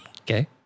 Okay